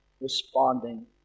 Responding